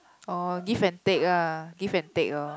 oh give and take lah give and take lor